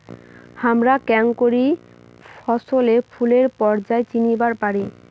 হামরা কেঙকরি ফছলে ফুলের পর্যায় চিনিবার পারি?